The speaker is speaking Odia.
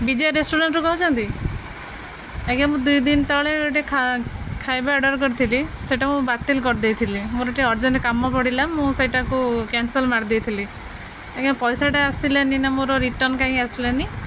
ବିଜୟ ରେଷ୍ଟୁରାଣ୍ଟରୁ କହୁଛନ୍ତି ଆଜ୍ଞା ମୁଁ ଦୁଇ ଦିନ ତଳେ ଗୋଟେ ଖାଇବା ଅର୍ଡ଼ର କରିଥିଲି ସେଇଟା ମୁଁ ବାତିଲ କରିଦେଇଥିଲି ମୋର ଗୋଟେ ଅର୍ଜେଣ୍ଟ କାମ ପଡ଼ିଲା ମୁଁ ସେଇଟାକୁ କ୍ୟାନସଲ୍ ମାରିଦେଇଥିଲି ଆଜ୍ଞା ପଇସାଟା ଆସିଲାନି ନା ମୋର ରିଟର୍ନ କାହିଁକ ଆସିଲାନି